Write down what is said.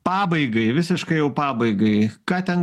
pabaigai visiškai jau pabaigai ką ten